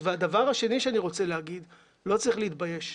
הדבר השני שאני רוצה לומר הוא שלא צריך להתבייש.